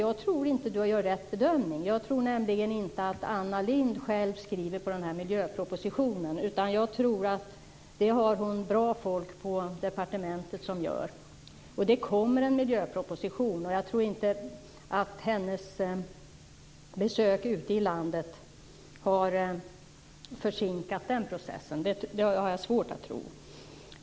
Jag tror inte att han gör rätt bedömning. Jag tror nämligen inte att Anna Lindh själv skriver på miljöpropositionen. Jag tror att hon har bra folk på departementet som gör det. Det kommer en miljöproposition. Jag tror inte att hennes besök ute i landet har försinkat den processen. Det har jag svårt att tro.